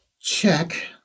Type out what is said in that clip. check